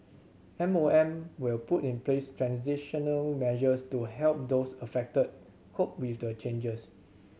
M O M will put in place transitional measures to help those affected cope with the changes